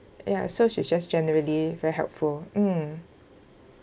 ya so she's just generally very helpful mm